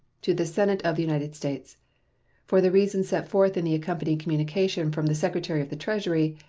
to the senate of the united states for the reasons set forth in the accompanying communication from the secretary of the treasury,